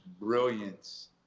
brilliance